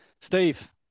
Steve